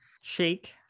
shake